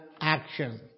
action